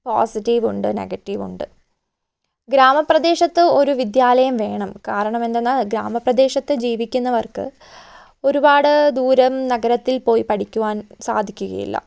positive ഉണ്ട് negative ഉണ്ട് ഗ്രാമപ്രദേശത്ത് ഒരു വിദ്യാലയം വേണം കാരണമെന്തെന്നാൽ ഗ്രാമപ്രദേശത്ത് ജീവിക്കുന്നവർക്ക് ഒരുപാട് ദൂരം നഗരത്തിൽ പോയി പഠിക്കുവാൻ സാധിക്കുകയില്ല